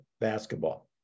basketball